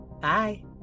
Bye